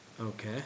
Okay